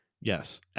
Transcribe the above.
Yes